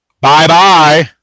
Bye-bye